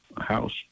house